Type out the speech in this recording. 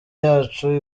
yacu